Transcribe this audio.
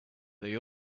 they